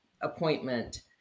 appointment